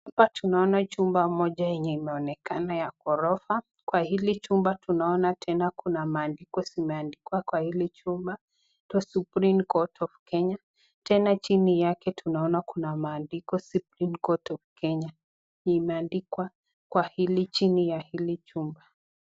Hapa tunaona jumba moja yenye imeonekana ya ghorofa, kwa hili jumba tunaona tena kuna maandiko zimeandikwa kwa hili chumba, The Supreme Court Of Kenya tena chini yake tunaona maandiko kuna Supreme Court Of Kenya[cs ]. Imeandikwa kwa hili chini ya hili jumba.